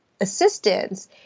assistance